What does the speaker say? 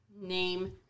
name